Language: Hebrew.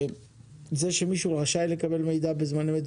זה שמישהו רשאי לקבל מידע בזמן אמת,